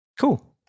Cool